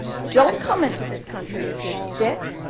don't come into this country if you're sick.